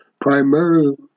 primarily